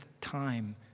time